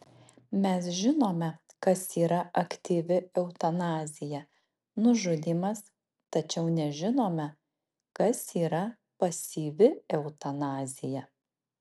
mes žinome kas yra aktyvi eutanazija nužudymas tačiau nežinome kas yra pasyvi eutanazija